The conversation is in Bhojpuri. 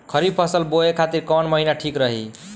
खरिफ फसल बोए खातिर कवन महीना ठीक रही?